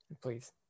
Please